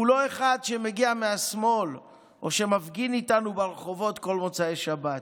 והוא לא אחד שמגיע מהשמאל או שמפגין איתנו ברחובות כל מוצאי שבת.